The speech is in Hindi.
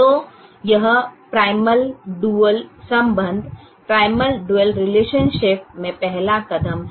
तो यह प्राइमल डुअल संबंध में पहला कदम है